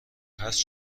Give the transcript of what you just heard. هست